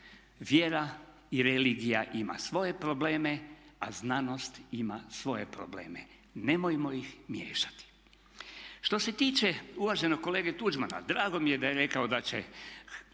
Vjera i religija ima svoje probleme, a znanost ima svoje probleme. Nemojmo ih miješati. Što se tiče uvaženog kolege Tuđmana drago mi je da je rekao da će